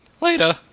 Later